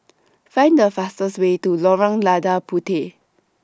Find The fastest Way to Lorong Lada Puteh